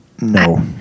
No